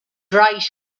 right